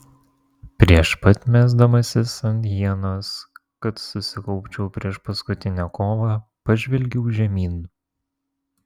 prieš pat mesdamasis ant hienos kad susikaupčiau prieš paskutinę kovą pažvelgiau žemyn